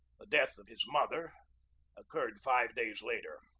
the death of his mother occurred five days later,